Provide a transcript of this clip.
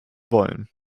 wollen